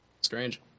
Strange